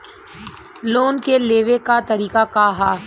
Loan के लेवे क तरीका का ह?